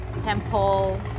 temple